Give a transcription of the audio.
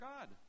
God